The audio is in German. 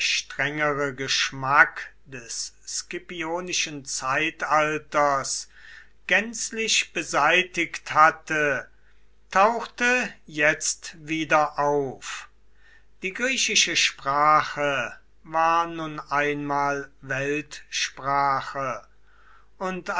strengere geschmack des scipionischen zeitalters gänzlich beseitigt hatte tauchte jetzt wieder auf die griechische sprache war nun einmal weltsprache und